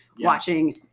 watching